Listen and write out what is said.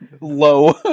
low